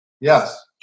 Yes